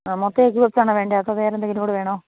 ആ മൊത്തം egg puffs ആണോ വേണ്ടത് അതോ വേറെ എന്തെങ്കിലും കൂടെ വേണോ